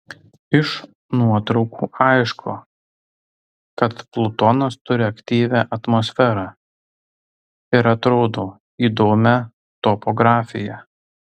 iš nuotraukų aišku kad plutonas turi aktyvią atmosferą ir atrodo įdomią topografiją